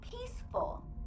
peaceful